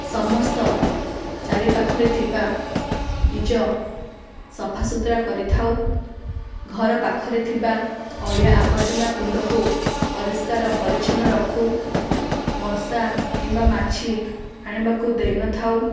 ସମସ୍ତ ଚାରିପାଖରେ ଥିବା ନିଜ ସଫା ସୁତୁରା କରିଥାଉ ଘର ପାଖରେ ଥିବା ଅଳିଆ ଆର୍ବଜନା କୁଣ୍ଡକୁ ପରିଷ୍କାର ପରିଚ୍ଛନ୍ନ ରଖୁ ମଶା କିମ୍ବା ମାଛି ଆଣିବାକୁ ଦେଇନଥାଉ